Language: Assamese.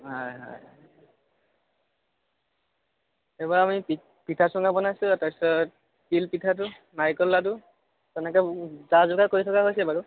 হয় হয় এইবাৰ আমি পিঠা চুঙা বনাইছোঁ আৰু তাৰপিছত তিল পিঠাটো নাৰিকল লাডু তেনেকৈ যা যোগাৰ কৰি থকা হৈছে বাৰু